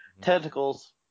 Tentacles